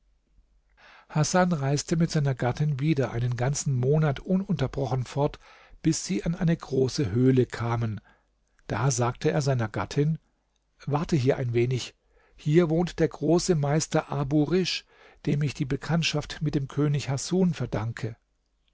hasan reiste mit seiner gattin wieder einen ganzen monat ununterbrochen fort bis sie an eine große höhle kamen da sagte er seiner gattin warte hier ein wenig hier wohnt der große meister abu risch dem ich die bekanntschaft mit dem könig hasun verdanke